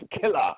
Killer